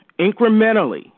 incrementally